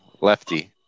lefty